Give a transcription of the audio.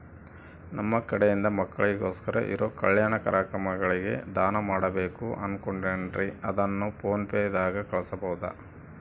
ನಮ್ಮ ಕಡೆಯಿಂದ ಮಕ್ಕಳಿಗೋಸ್ಕರ ಇರೋ ಕಲ್ಯಾಣ ಕಾರ್ಯಕ್ರಮಗಳಿಗೆ ದಾನ ಮಾಡಬೇಕು ಅನುಕೊಂಡಿನ್ರೇ ಅದನ್ನು ಪೋನ್ ಪೇ ದಾಗ ಕಳುಹಿಸಬಹುದಾ?